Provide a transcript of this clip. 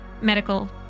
medical